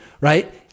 Right